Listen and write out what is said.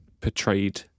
portrayed